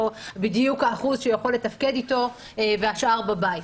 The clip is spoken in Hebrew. בדיוק האחוז שהוא יכול לתפקד איתו והשאר בבית,